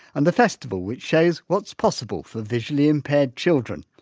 and the festival which shows what's possible for visually impaired children,